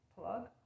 plug